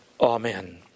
Amen